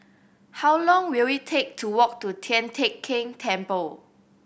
how long will it take to walk to Tian Teck Keng Temple